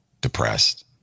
depressed